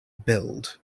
build